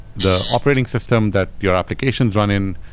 the operating system that your applications run in,